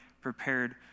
prepared